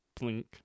blink